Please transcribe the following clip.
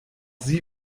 sie